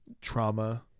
trauma